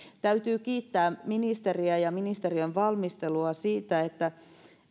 täytyy kiittää ministeriä ja ministeriön valmistelua siitä että